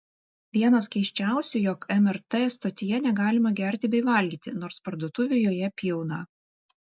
vienos keisčiausių jog mrt stotyje negalima gerti bei valgyti nors parduotuvių joje pilna